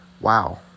Wow